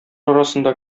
арасында